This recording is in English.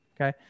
Okay